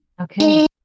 Okay